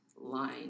line